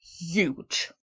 huge